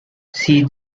see